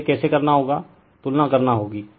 अब यह कैसे करना होगा तुलना करना होगी